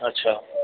अच्छा